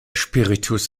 spiritus